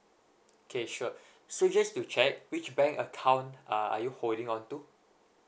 okay sure so just to check which bank account uh are you holding on to